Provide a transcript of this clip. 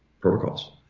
protocols